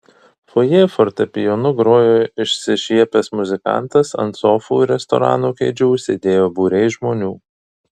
fojė fortepijonu grojo išsišiepęs muzikantas ant sofų ir restorano kėdžių sėdėjo būriai žmonių